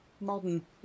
modern